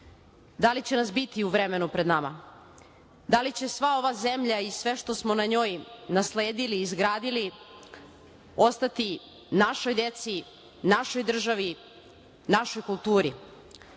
Da li će nas biti u vremenu pred nama? Da li će sva ova zemlja i sve što smo na njoj nasledili i izgradili ostati našoj deci, našoj državi, našoj kulturi?